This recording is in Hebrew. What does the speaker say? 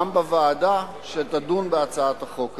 גם בוועדה שתדון בהצעת החוק הזאת.